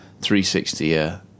360